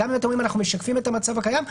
גם אם אתם אומרים שאתם משקפים את המצב הקיים,